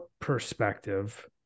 perspective